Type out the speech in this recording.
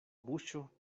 buŝo